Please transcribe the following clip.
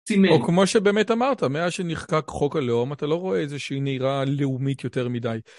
או כמו שבאמת אמרת, מאז שנחקק חוק הלאום אתה לא רואה איזושהי נהירה לאומית יותר מדי.